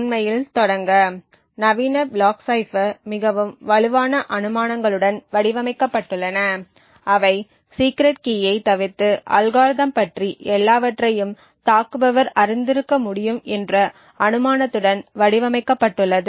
உண்மையில் தொடங்க நவீன பிளாக் சைபர் மிகவும் வலுவான அனுமானங்களுடன் வடிவமைக்கப்பட்டுள்ளன அவை சீக்ரெட் கீயை தவிர்த்து அல்காரிதம் பற்றி எல்லாவற்றையும் தாக்குபவர் அறிந்திருக்க முடியும் என்ற அனுமானத்துடன் வடிவமைக்கப்பட்டுள்ளது